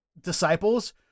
disciples